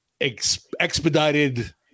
expedited